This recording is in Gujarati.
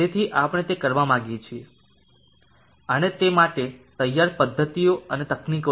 તેથી આપણે તે કરવા માંગીએ છીએ અને તે માટે તૈયાર પદ્ધતિઓ અને તકનીકો છે